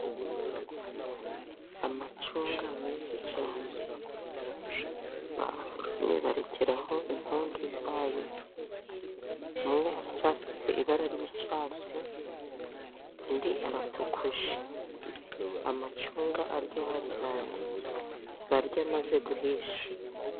Amacunga menshi cyane basoromye barekeraho inkondo zayo, amwe aracyafite ibara ry'icyatsi andi ,aratukuye amacunga aryoha cyane barya amaze guhisha.